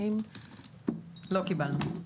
לא קיבלנו.